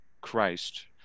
Christ